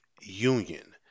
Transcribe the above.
union